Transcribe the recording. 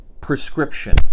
prescription